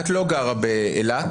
את לא גרה באילת,